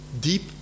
deep